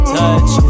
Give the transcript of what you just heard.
touch